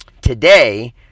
Today